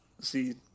See